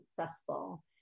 successful